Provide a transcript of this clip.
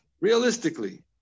realistically